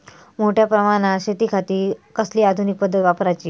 मोठ्या प्रमानात शेतिखाती कसली आधूनिक पद्धत वापराची?